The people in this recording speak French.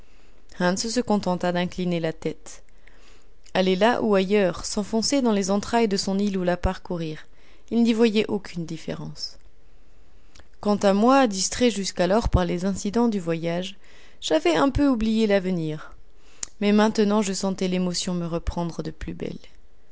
se contenta d'incliner la tête aller là ou ailleurs s'enfoncer dans les entrailles de son île ou la parcourir il n'y voyait aucune différence quant à moi distrait jusqu'alors par les incidents du voyage j'avais un peu oublié l'avenir mais maintenant je sentais l'émotion me reprendre de plus belle